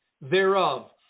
thereof